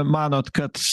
manot kad